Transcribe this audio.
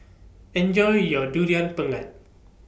Enjoy your Durian Pengat